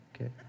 Okay